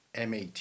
MAT